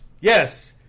Yes